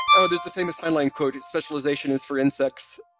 oh there's the famous heinlein quote, specialization is for insects.